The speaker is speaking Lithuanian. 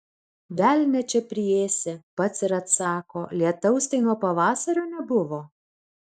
velnią čia priėsi pats ir atsako lietaus tai nuo pavasario nebuvo